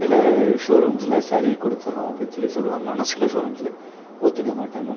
சில ஷோரூம்ஸில் சரி கொடுத்துறோம் அப்படினு சொல்லி சொல்லுவாங்க ஆனால் சில ஷோரூம்ஸில் ஒப்புக்க மாட்டாங்க